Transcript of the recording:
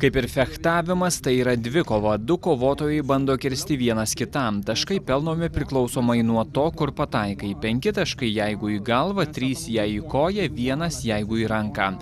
kaip ir fechtavimas tai yra dvikova du kovotojai bando kirsti vienas kitam taškai pelnomi priklausomai nuo to kur pataikai penki taškai jeigu į galvą trys jei į koją vienas jeigu į ranką